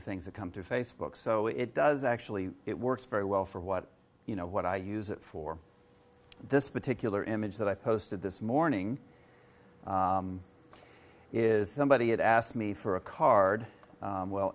of things that come to facebook so it does actually it works very well for what you know what i use it for this particular image that i posted this morning is somebody had asked me for a card well